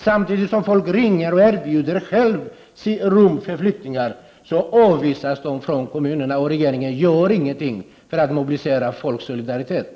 Samtidigt som folk ringer och erbjuder rum för flyktingar avvisas detta av kommunen. Regeringen gör ingenting för att mobilisera folksolidariteten.